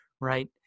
right